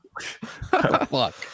Fuck